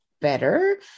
better